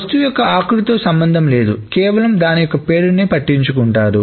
వస్తువు యొక్క ఆకృతితో సంబంధం లేదు కేవలం దాని యొక్క పేరునే పట్టించుకుంటారు